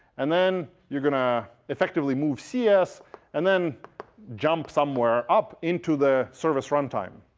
and then you're going to effectively move cs and then jump somewhere up into the service runtime.